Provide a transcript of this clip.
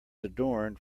adorned